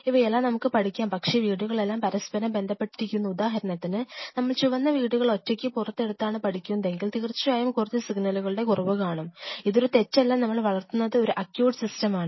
ഇവയെല്ലാം നമുക്ക് പഠിക്കാം പക്ഷേ ഈ വീടുകളെല്ലാം പരസ്പരം ബന്ധപ്പെട്ടിരിക്കുന്നു ഉദാഹരണത്തിന് നമ്മൾ ചുവന്ന വീടുകൾ ഒറ്റയ്ക്ക് പുറത്ത് എടുത്താണ് പഠിക്കുന്നതെങ്കിൽ തീർച്ചയായും കുറച്ച് സിഗ്നലുകളുടെ കുറവ് കാണിക്കും ഇതൊരു തെറ്റല്ല നമ്മൾ വളർത്തുന്നത് ഒരു അക്യൂട്ട് സിസ്റ്റം ആണ്